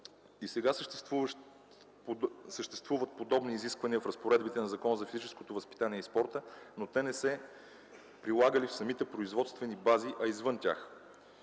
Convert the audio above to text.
и сега съществуват подобни изисквания в разпоредбите в Закона за физическото възпитание и спорта, но те не се прилагали в самите производствени бази, а извън тях.